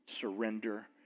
surrender